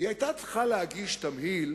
היא היתה צריכה להגיש תמהיל